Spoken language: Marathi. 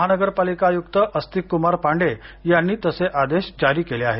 महानगरपालिका आयुक्त आस्तिककुमार पांडेय यांनी तसे आदेश जारी केले आहेत